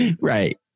Right